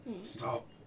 Stop